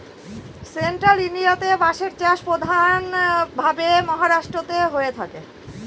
central ইন্ডিয়াতে বাঁশের চাষ প্রধান ভাবে মহারাষ্ট্রেতে হয়ে থাকে